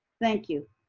thank you.